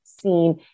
seen